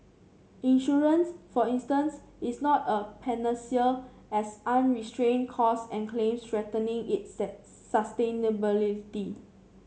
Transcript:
insurance for instance is not a panacea as unrestrained cost and claims threatening its sustainability